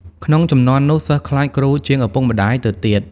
ក្នុងជំនាន់នោះ សិស្សខ្លាចគ្រូជាងឪពុកម្ដាយទៅទៀត ។